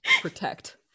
protect